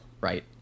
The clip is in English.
right